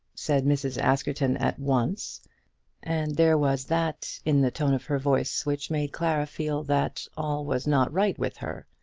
said mrs. askerton at once and there was that in the tone of her voice which made clara feel that all was not right with her.